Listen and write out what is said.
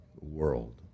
world